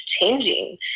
changing